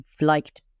liked